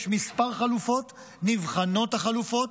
יש מספר חלופות, נבחנות החלופות.